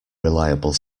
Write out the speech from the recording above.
reliable